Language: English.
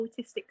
autistic